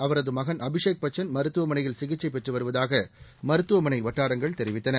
அவரது மகள் அபிஷேக் பச்சன் மருத்துவமனையில் சிகிச்சைப் பெற்று வருவதாக மருத்துவமனை வட்டாரங்கள் தெரிவித்தன